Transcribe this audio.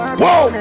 Whoa